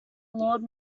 lord